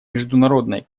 международной